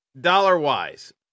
dollar-wise